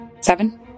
Seven